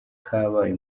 kabaye